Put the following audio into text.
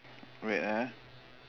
wait eh